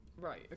Right